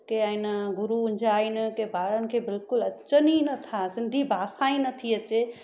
की आहिनि गुरू जा आहिनि की ॿारनि खे बिल्कुलु अचनि ई नथा सिंधी भाषा ई नथी अचे